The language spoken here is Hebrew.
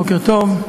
בוקר טוב,